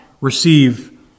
receive